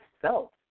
self